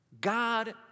God